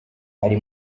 ari